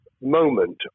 moment